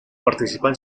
participan